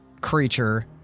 creature